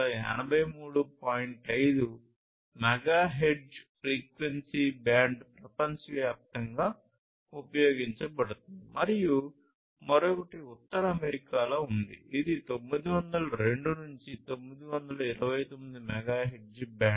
5 megahertz frequency band ప్రపంచవ్యాప్తంగా ఉపయోగించబడుతుంది మరియు మరొకటి ఉత్తర అమెరికాలో ఉంది ఇది 902 నుండి 929 మెగాహెర్ట్జ్ బ్యాండ్